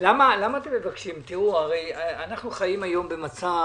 היום חיים במצב